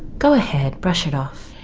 go ahead, brush it off.